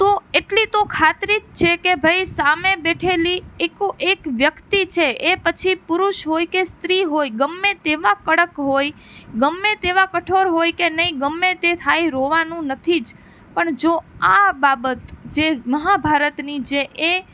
તો એટલી તો ખાતરી જ છે કે ભાઈ સામે બેઠેલી એકો એક વ્યક્તિ છે એ પછી પુરુષ હોય કે સ્ત્રી હોય ગમે તેવા કડક હોય ગમે તેવા કઠોર હોય કે નહીં ગમે તે થાય રોવાનું નથી જ પણ જો આ બાબત જે મહાભારતની જે એ